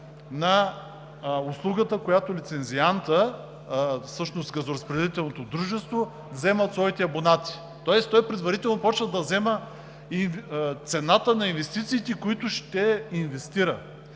на услугата, която лицензиантът, всъщност газоразпределителното дружество, взема от своите абонати. Тоест той предварително започва да взема цената на инвестициите, които ще инвестира.